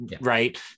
right